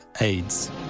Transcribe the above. AIDS